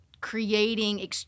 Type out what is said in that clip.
creating